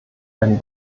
einen